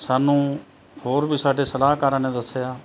ਸਾਨੂੰ ਹੋਰ ਵੀ ਸਾਡੇ ਸਲਾਹਕਾਰਾਂ ਨੇ ਦੱਸਿਆ